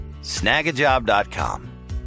Snagajob.com